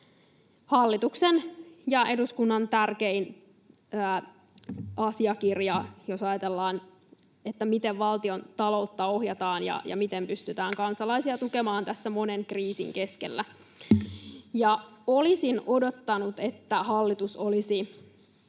hallituksen ja eduskunnan tärkein asiakirja, jos ajatellaan, miten valtion taloutta ohjataan ja miten pystytään kansalaisia tukemaan tässä monen kriisin keskellä. Olisin odottanut, että hallitus olisi